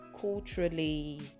culturally